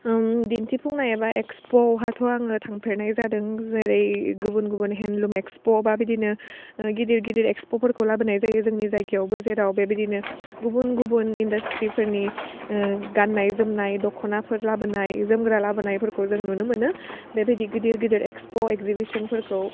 ओम दिन्थिफुंनाय एबा एक्सफ' आवहाथ' आङो थांफेरनाय जादों जेरै गुबुन गुबुन हेन्दलुम एक्सफ' बा बिदिनो गिदिर गिदिर एक्सफ'फोरखौ लाबोनाय जायो जोंनि जायगायावबो जेराव बेबायदिनो गुबुन गुबुन इन्दास्ट्रिफोरनि ओह गाननाय जोमनाय दख'नाफोर लाबोनाय जोमग्रा लाबोनायफोरखौ जों नुनो मोनो बेबायदि गिदिर गिदिर एक्सफ' एकजिबिसनफोरखौ